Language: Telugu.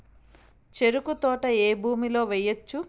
చెరుకు తోట ఏ భూమిలో వేయవచ్చు?